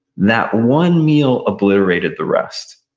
that one meal obliterated the rest.